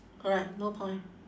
correct no point